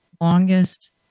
longest